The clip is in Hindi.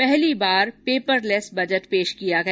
पहली बार पेपर लैस बजट पेश किया गया